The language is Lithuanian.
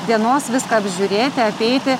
dienos viską apžiūrėti apeiti